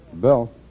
Bill